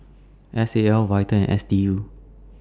S A L Vital and S D U